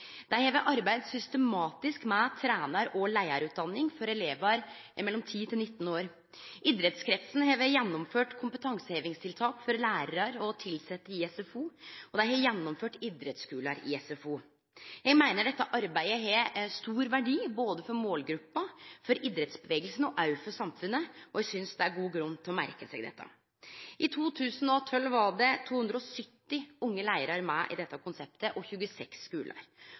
Dei har arbeidd systematisk med trenar- og leiarutdanning for elevar mellom 10 og 19 år. Idrettskretsen har gjennomført kompetansehevingstiltak for lærarar og tilsette i SFO, og dei har gjennomført idrettsskule i SFO. Eg meiner dette arbeidet har stor verdi både for målgruppa, for idrettsbevegelsen og også for samfunnet, og eg synest det er god grunn til å merke seg dette. I 2012 var det 270 unge leiarar og 26 skular med i dette konseptet, og